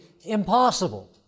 impossible